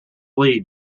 lead